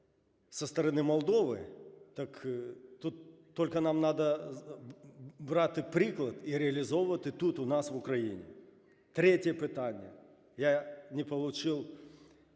зі сторони Молдови, тут тільки нам треба брати приклад і реалізовувати тут у нас, в Україні. Третє питання. Я не получив